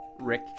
Rick